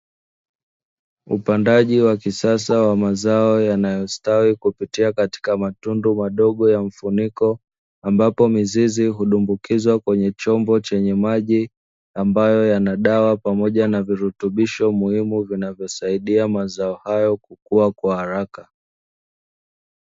Upandaji wa kisasa wa mazao yanayostawi kupitia katika matundu madogo ya mfuniko, ambapo mizizi hundumbukizwa kwenye chombo chenye maji ambayo yana dawa pamoja na virutubisho muhimu vinavyosaidia mazao hayo kukua kwa haraka.